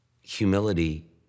Humility